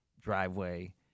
driveway